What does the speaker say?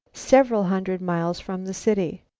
several hundred miles from the city.